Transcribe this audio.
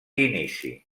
inici